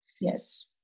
Yes